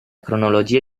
cronologia